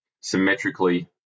symmetrically